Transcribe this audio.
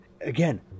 Again